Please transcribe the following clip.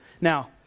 Now